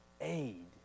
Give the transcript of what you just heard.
aid